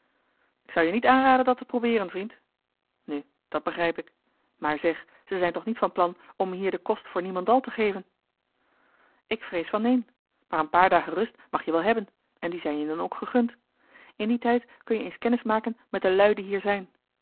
ik zou je niet aanraden dat te probeeren vriend nu dat begrijp ik maar zeg ze zijn toch niet van plan om me hier den kost voor niemendal te geven ik vrees van neen maar een paar dagen rust mag je wel hebben en die zijn je dan ook gegund in dien tijd kun-je eens kennis maken met de lui die hier zijn